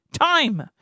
time